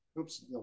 Oops